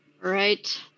Right